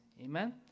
Amen